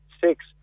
six